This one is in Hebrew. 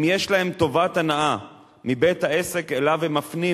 אם יש להם טובת הנאה מבית-העסק שאליו הם מפנים